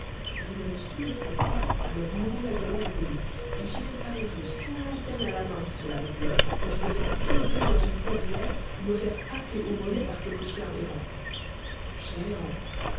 je ne me soumettrai pas à leurs nouveaux règlements de police et j'irai par les rues sans lanterne à la main si cela me plaît quand je devrais tomber dans une fondrière ou me faire happer aux mollets par quelque chien errant